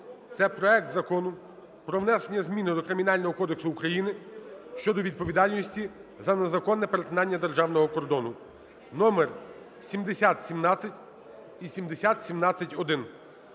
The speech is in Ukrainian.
це проект Закону про внесення зміни до Кримінального кодексу України щодо відповідальності за незаконне перетинання державного кордону (№ 7017 і 7017-1).